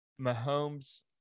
Mahomes